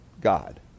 God